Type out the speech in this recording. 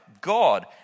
God